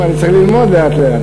אני צריך ללמוד לאט-לאט.